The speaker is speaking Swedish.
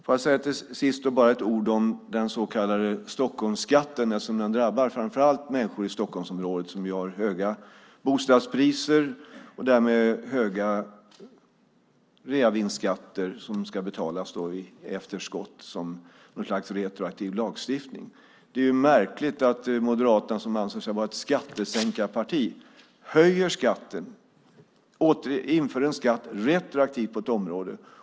Får jag till sist bara säga några ord om den så kallade Stockholmsskatten; den drabbar ju framför allt människor i Stockholmsområdet där det är höga bostadspriser och det därmed blir höga reavinstskatter som då ska betalas i efterskott, som något slags retroaktiv lagstiftning. Det är märkligt att Moderaterna, som anser sig vara ett skattesänkarparti, höjer skatten och inför en skatt retroaktivt på ett område.